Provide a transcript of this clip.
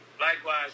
Likewise